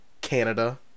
Canada